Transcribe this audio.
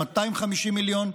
250 מיליון,